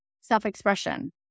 self-expression